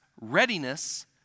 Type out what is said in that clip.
readiness